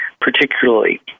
particularly